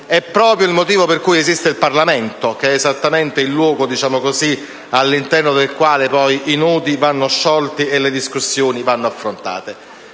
è proprio il motivo per cui esiste il Parlamento, che è esattamente il luogo all'interno del quale i nodi vanno sciolti e le discussioni vanno affrontate.